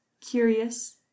curious